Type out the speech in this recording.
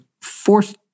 forced